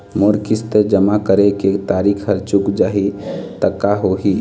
मोर किस्त जमा करे के तारीक हर चूक जाही ता का होही?